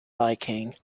biking